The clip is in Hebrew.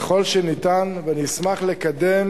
ככל שניתן, ונשמח לקדם